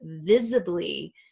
visibly